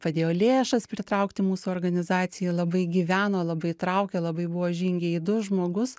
padėjo lėšas pritraukt į mūsų organizaciją labai gyveno labai traukė labai buvo žingeidus žmogus